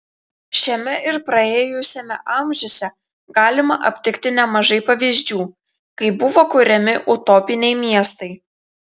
šiame ir praėjusiame amžiuose galima aptikti nemažai pavyzdžių kai buvo kuriami utopiniai miestai